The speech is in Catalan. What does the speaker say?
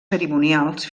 cerimonials